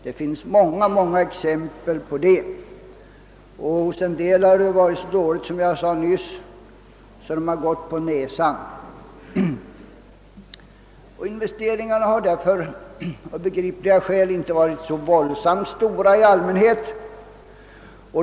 Det finns många exempel på det. Hos en del företag har det varit så dåligt, som jag sade nyss, att de gått på näsan. Investeringarna har därför av begripliga skäl inte varit så våldsamt stora i allmänhet.